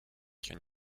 can